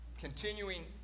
continuing